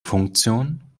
funktion